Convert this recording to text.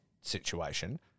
situation